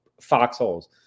foxholes